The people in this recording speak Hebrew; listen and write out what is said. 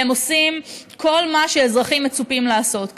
והם עושים כל מה שאזרחים מצופים לעשות כאן.